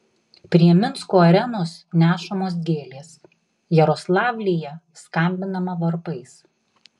prie minsko arenos nešamos gėlės jaroslavlyje skambinama varpais